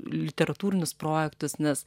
literatūrinius projektus nes